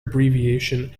abbreviation